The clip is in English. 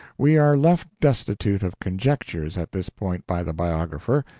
we are left destitute of conjectures at this point by the biographer,